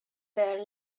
their